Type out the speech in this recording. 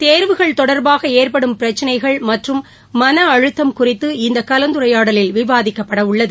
தேர்வுகள் தொடர்பாக ஏற்படும் பிரச்சனைகள் மற்றும் மன அழுத்தம் குறித்து இந்த கலந்துரையாடலில் விவாதிக்கப்பட உள்ளது